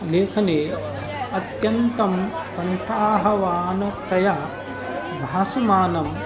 लेखने अत्यन्तं पन्थाः वानतया भासमानम्